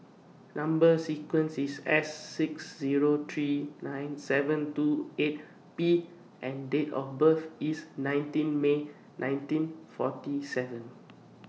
Number sequence IS S six Zero three nine seven two eight P and Date of birth IS nineteen May nineteen forty seven